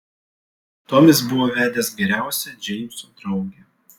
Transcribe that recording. tomis buvo vedęs geriausią džeimso draugę